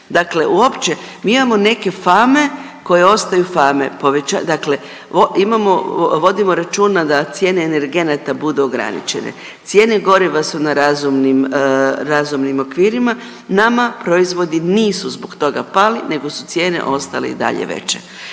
Dakle, uopće mi imamo neke fame koje ostaju fame, poveća…, dakle imamo, vodimo računa da cijene energenata budu ograničene, cijene goriva su na razumnim, razumnim okvirima, nama proizvodi nisu zbog toga pali nego su cijene ostale i dalje veće.